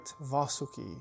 Vasuki